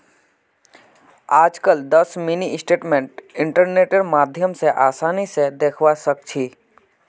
आजकल दस mini statement इन्टरनेटेर माध्यम स आसानी स दखवा सखा छी